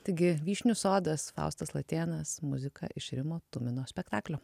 taigi vyšnių sodas faustas latėnas muzika iš rimo tumino spektaklio